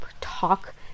talk